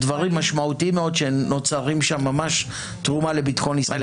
דברים משמעותיים מאוד שנוצרים שם ממש תרומה לביטחון ישראל.